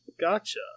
Gotcha